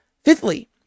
Fifthly